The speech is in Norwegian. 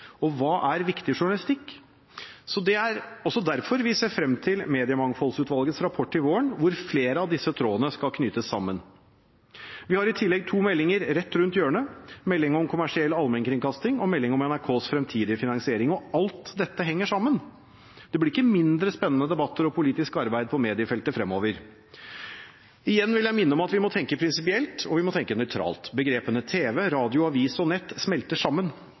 og hva er viktig journalistikk? Det er også derfor vi ser frem til Mediemangfoldsutvalgets rapport til våren, hvor flere av disse trådene skal knyttes sammen. Vi har i tillegg to meldinger rett rundt hjørnet, melding om kommersiell allmennkringkasting og melding om NRKs fremtidige finansiering, og alt dette henger sammen. Det blir ikke mindre spennende debatter og mindre politisk arbeid på mediefeltet fremover. Igjen vil jeg minne om at vi må tenke prinsipielt og nøytralt. Begrepene tv, radio, avis og nett smelter sammen.